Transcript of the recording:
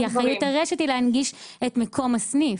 כי אחריות הרשת היא להנגיש את מקום הסניף).